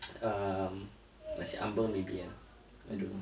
um nasi ambeng maybe uh I don't know